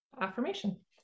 affirmation